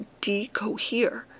decohere